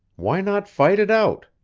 why not fight it out?